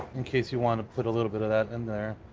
in case you want to put a little bit of that in there